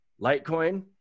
Litecoin